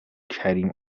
کریم